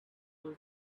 was